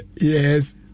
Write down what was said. yes